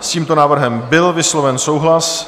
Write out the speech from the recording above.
S tímto návrhem byl vysloven souhlas.